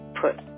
put